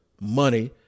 money